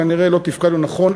כנראה לא תפקדנו נכון,